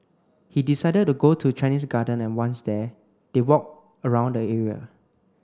he decided go to Chinese Garden and once there they walked around the area